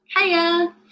hiya